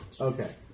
Okay